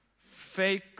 fake